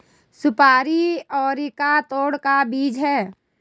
सुपारी अरेका ताड़ का बीज है